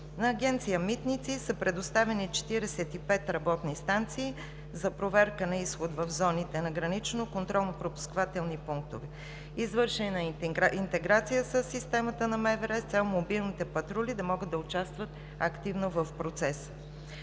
На Агенция „Митници“ са предоставени 45 работни станции за проверка на изход в зоните на граничните контролно-пропускателни пунктове. Извършена е интеграция със системата на МВР с цел мобилните патрули да могат да участват активно в процеса.